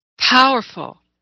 Powerful